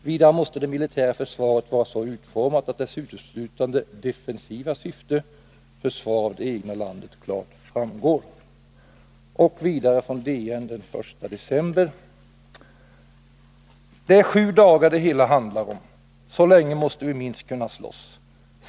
Vidare måste det militära försvaret vara så utformat att dess uteslutande defensiva syfte — försvar av det egna landet — klart framgår.” Slutligen citerar jag ur DN från den 1 december: ”— Det är sju dagar det hela handlar om. Så länge måste vi minst kunna slåss.